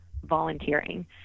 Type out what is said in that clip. Volunteering